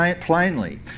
plainly